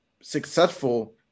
successful